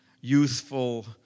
youthful